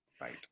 Right